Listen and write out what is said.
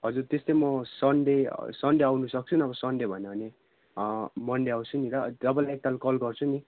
हजुर त्यस्तै म सन्डे सन्डे आउनु सक्छु नभए सन्डे भएन भने मन्डे आउँछु नि ल तपाईँलाई एकताल कल गर्छु नि